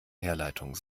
herleitung